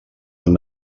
han